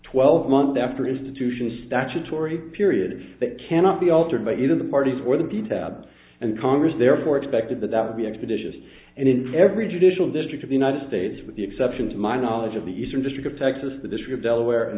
twelve month after institution statutory period that cannot be altered by either the parties or the be tabbed and congress therefore expected that that would be expeditious and in every judicial district of the united states with the exception to my knowledge of the eastern district of texas the district delaware